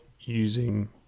using